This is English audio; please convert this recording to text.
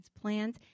plans